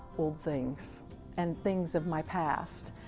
old things and things of my past.